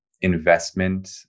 investment